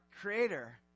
creator